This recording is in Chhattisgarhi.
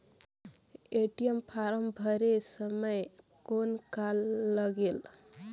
ए.टी.एम फारम भरे समय कौन का लगेल?